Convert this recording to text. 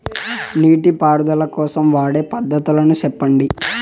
నీటి పారుదల కోసం వాడే పద్ధతులు సెప్పండి?